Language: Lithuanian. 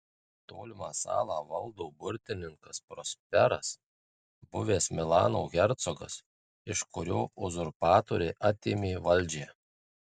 tolimą salą valdo burtininkas prosperas buvęs milano hercogas iš kurio uzurpatoriai atėmė valdžią